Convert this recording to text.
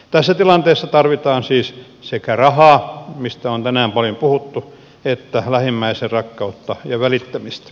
tässä tilanteessa tarvitaan siis sekä rahaa mistä on tänään paljon puhuttu että lähimmäisen rakkautta ja välittämistä